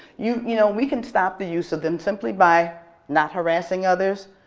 you you know, we can stop the use of them simply by not harassing others,